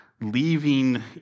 leaving